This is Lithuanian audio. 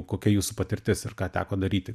kokia jūsų patirtis ir ką teko daryti